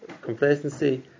complacency